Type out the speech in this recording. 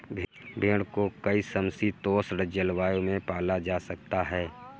भेड़ को कई समशीतोष्ण जलवायु में पाला जा सकता है